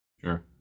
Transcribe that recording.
Sure